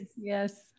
yes